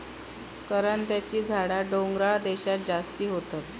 करांद्याची झाडा डोंगराळ देशांत जास्ती होतत